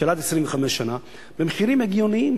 של עד 25 שנה, במחירים הגיוניים.